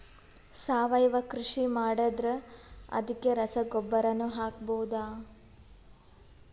ಸಾವಯವ ಕೃಷಿ ಮಾಡದ್ರ ಅದಕ್ಕೆ ರಸಗೊಬ್ಬರನು ಹಾಕಬಹುದಾ?